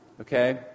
Okay